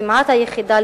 כמעט היחידה,